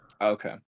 Okay